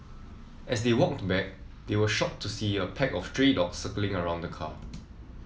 as they walked back they were shocked to see a pack of stray dogs circling around the car